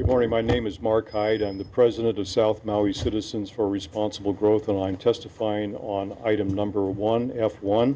good morning my name is marc hyde and the president of south now the citizens for responsible growth and i'm testifying on item number one f one